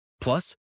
Plus